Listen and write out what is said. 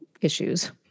issues